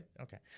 okay